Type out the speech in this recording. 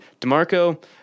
DeMarco